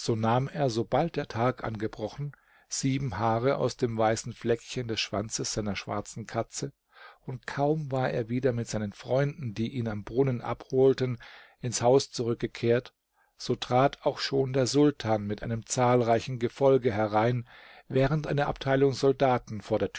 nahm er sobald der tag angebrochen sieben haare aus dem weißen fleckchen des schwanzes seiner schwarzen katze und kaum war er wieder mit seinen freunden die ihn am brunnen abholten ins haus zurückgekehrt so trat auch schon der sultan mit einem zahlreichen gefolge herein während eine abteilung soldaten vor der